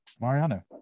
Mariano